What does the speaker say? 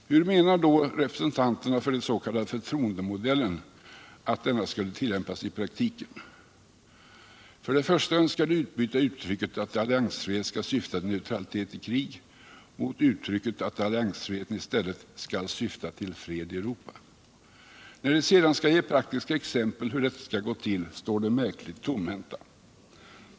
Hur menar då företrädarna för den s.k. förtroendemodellen att denna skulle tillämpas i praktiken? Först och främst önskar de utbyta uttrycket att alliansfriheten skall syfta till neutralitet i krig mot att alliansfriheten ”skall syfta till fred i Europa”. När de sedan skall ge praktiska exempel på hur detta ökade förtroende skall tillskapas, står de märkligt tomhänta.